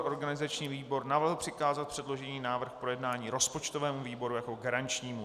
Organizační výbor navrhl přikázat předložený návrh k projednání rozpočtovému výboru jako garančnímu.